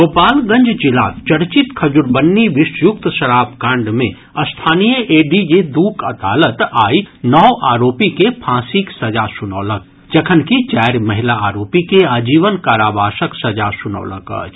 गोपालगंज जिलाक चर्चित खजुरबन्नी विषयुक्त शराब कांड मे स्थानीय एडीजे दूक अदालत आइ नओ आरोपी के फांसीक सजा सुनौलक जखनकि चारि महिला आरोपी के आजीवन कारावासक सजा सुनौलक अछि